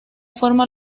forma